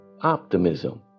optimism